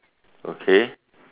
okay